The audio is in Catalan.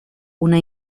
una